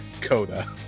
Coda